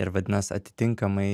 ir vadinas atitinkamai